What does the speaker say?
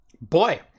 Boy